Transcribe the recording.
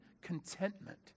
contentment